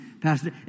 pastor